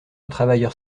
travailleurs